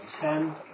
ten